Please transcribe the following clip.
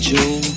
Joe